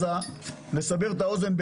לסבר את האוזן,